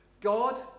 god